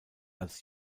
als